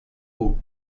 haut